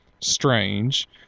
strange